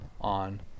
on